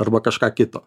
arba kažką kito